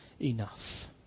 enough